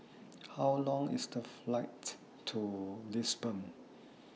How Long IS The Flight to Lisbon